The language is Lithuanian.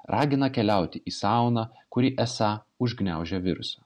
ragina keliauti į sauną kuri esą užgniaužia virusą